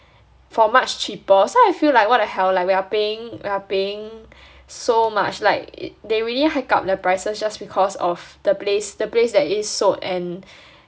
for much cheaper so I feel like what the hell like we are paying we're paying so much like they really hack up the prices just because of the place the place that it's sold and